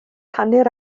hanner